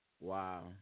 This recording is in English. Wow